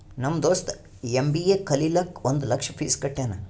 ನಮ್ ದೋಸ್ತ ಎಮ್.ಬಿ.ಎ ಕಲಿಲಾಕ್ ಒಂದ್ ಲಕ್ಷ ಫೀಸ್ ಕಟ್ಯಾನ್